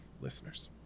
listeners